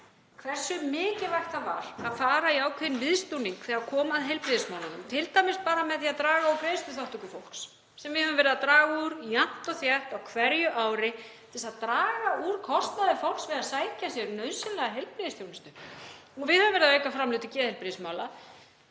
hversu mikilvægt það var að fara í ákveðinn viðsnúning þegar kom að heilbrigðismálunum, t.d. bara með því að draga úr greiðsluþátttöku fólks, sem við höfum verið að draga úr jafnt og þétt á hverju ári til að draga úr kostnaði fólks við að sækja sér nauðsynlega heilbrigðisþjónustu. Við höfum verið að auka framlög til geðheilbrigðismála.